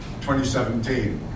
2017